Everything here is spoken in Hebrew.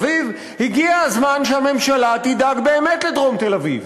אבל הגיע הזמן לתת פתרונות לדרום תל-אביב.